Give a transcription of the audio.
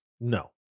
No